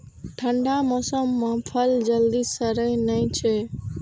ठंढा मौसम मे फल जल्दी सड़ै नै छै